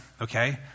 okay